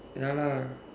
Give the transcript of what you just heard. ya lah